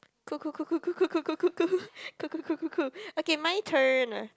cool cool cool cool cool cool cool cool cool cool cool cool cool okay my turn